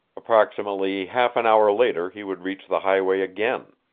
approximately half an hour later he would reach the highway again.